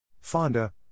Fonda